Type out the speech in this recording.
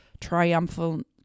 triumphant